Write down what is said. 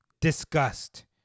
disgust